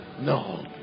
no